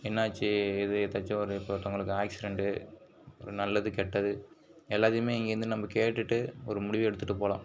என்னாச்சு ஏதாச்சு ஒருத்தங்களுக்கு ஆக்சிடென்டு ஒரு நல்லது கெட்டது எல்லாத்தையுமே இங்கேருந்து நம்ம கேட்டுட்டு ஒரு முடிவெடுத்துட்டு போகலாம்